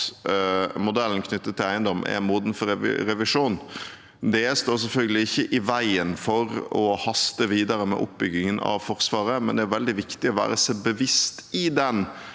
modellen knyttet til eiendom er moden for revisjon. Det står selvfølgelig ikke i veien for å haste videre med oppbyggingen av Forsvaret, men det er veldig viktig å være seg bevisst at en